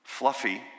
fluffy